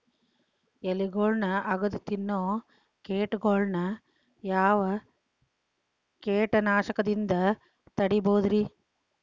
ಎಲಿಗೊಳ್ನ ಅಗದು ತಿನ್ನೋ ಕೇಟಗೊಳ್ನ ಯಾವ ಕೇಟನಾಶಕದಿಂದ ತಡಿಬೋದ್ ರಿ?